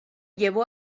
llevó